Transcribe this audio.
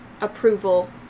approval